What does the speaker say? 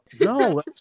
no